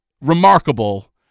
Remarkable